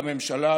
לממשלה,